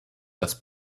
das